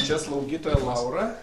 čia slaugytoja laura